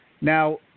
Now